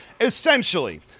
essentially